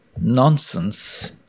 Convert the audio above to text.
nonsense